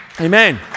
Amen